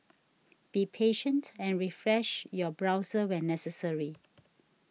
be patient and refresh your browser when necessary